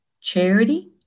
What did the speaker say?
charity